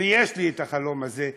ויש לי החלום הזה,